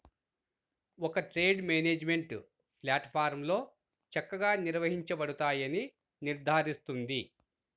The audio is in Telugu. ఒక ట్రేడ్ మేనేజ్మెంట్ ప్లాట్ఫారమ్లో చక్కగా నిర్వహించబడతాయని నిర్ధారిస్తుంది